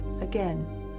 again